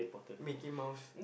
Mickey-Mouse